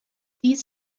dies